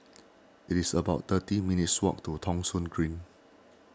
it's about thirty minutes' walk to Thong Soon Green